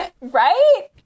Right